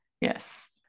Yes